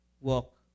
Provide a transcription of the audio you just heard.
walk